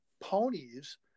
ponies